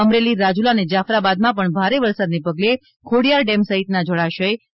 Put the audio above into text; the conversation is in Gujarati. અમરેલી રાજુલા અને જાફરાબાદમાં ભારે વરસાદને પગલે ખોડિયાર ડેમ સહિતના જળાશય છલકાયાં છે